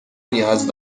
نیاز